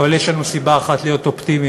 אבל יש לנו סיבה אחת להיות אופטימיים,